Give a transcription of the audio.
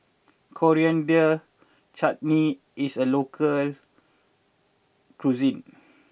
Coriander Chutney is a local cuisine